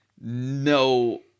No